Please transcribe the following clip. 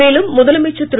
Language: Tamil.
மேலும் முதலமைச்சர் திரு